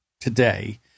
today